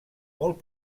molt